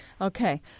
Okay